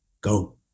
go